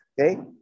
Okay